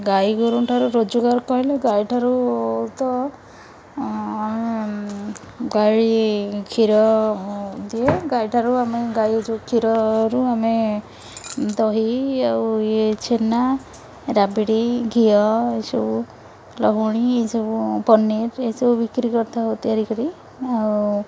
ଗାଈ ଗୋରୁଙ୍କ ଠାରୁ ରୋଜଗାର କହିଲେ ଗାଈଠାରୁ ତ ଗାଈ କ୍ଷୀର ଦିଏ ଗାଈଠାରୁ ଆମେ ଗାଈ ଯେଉଁ କ୍ଷୀରରୁ ଆମେ ଦହି ଆଉ ଇଏ ଛେନା ରାବିଡ଼ି ଘିଅ ଏସବୁ ଲହୁଣୀ ଏସବୁ ପନିର ଏସବୁ ବିକ୍ରି କରିଥାଉ ତିଆରି କରି ଆଉ